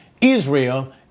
Israel